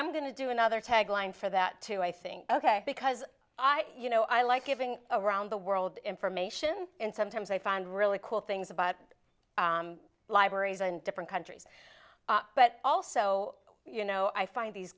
i'm going to do another tagline for that too i think ok because i you know i like giving around the world information and sometimes i found really cool things about libraries and different countries but also you know i find these